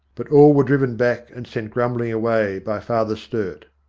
but all were driven back and sent grumbling away, by father sturt.